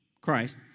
Christ